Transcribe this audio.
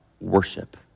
worship